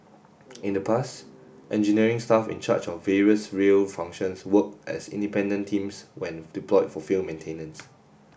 in the past engineering staff in charge of various rail functions worked as independent teams when deployed for field maintenance